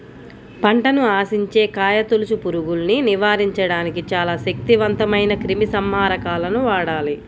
పంటను ఆశించే కాయతొలుచు పురుగుల్ని నివారించడానికి చాలా శక్తివంతమైన క్రిమిసంహారకాలను వాడాలి